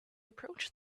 approached